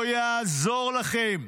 לא יעזור לכם,